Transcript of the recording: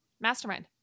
Mastermind